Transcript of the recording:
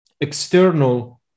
external